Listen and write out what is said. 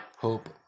hope